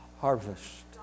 harvest